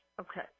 okay